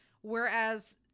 whereas